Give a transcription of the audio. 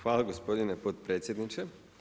Hvala gospodine potpredsjedniče.